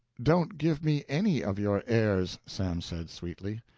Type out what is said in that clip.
don't give me any of your airs sam said, sweetly,